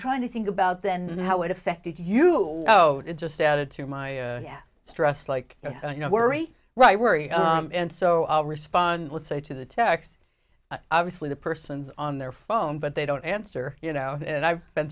trying to think about that and how it affected you oh it just added to my stress like you know worry right worry and so respond let's say to the text obviously the person's on their phone but they don't answer you know and i've been